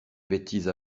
bêtises